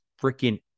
freaking